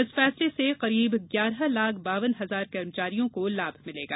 इस फैसले से करीब ग्यारह लाख बावन हजार कर्मचारियों को लाभ मिलेगा